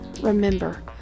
Remember